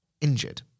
injured